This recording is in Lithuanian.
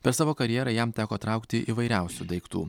per savo karjerą jam teko traukti įvairiausių daiktų